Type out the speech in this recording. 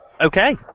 Okay